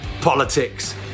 politics